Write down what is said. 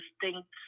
distinct